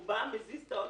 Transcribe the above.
הוא בא, מזיז את האוטו.